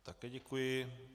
Také děkuji.